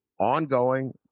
ongoing